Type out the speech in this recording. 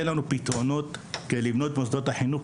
לנו פתרונות כדי לבנות את מוסדות החינוך,